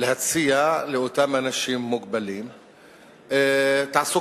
להציע לאותם אנשים מוגבלים תעסוקה,